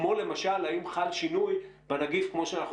כמו למשל האם חל שינוי בנגיף כמו שאנחנו